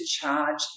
charge